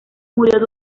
murió